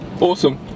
Awesome